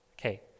okay